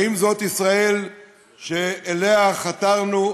האם זאת ישראל שאליה חתרנו?